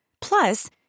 Plus